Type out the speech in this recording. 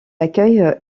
accueille